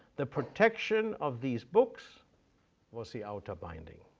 the protection of these books was the outer binding.